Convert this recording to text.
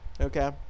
Okay